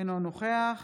אינו נוכח